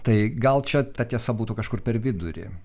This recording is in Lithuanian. tai gal čia ta tiesa būtų kažkur per vidurį